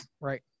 right